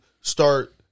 start